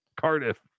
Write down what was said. Cardiff